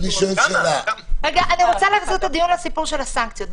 אני רוצה להחזיר את הדיון לסיפור של הסנקציות.